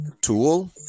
tool